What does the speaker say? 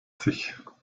sich